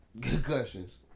concussions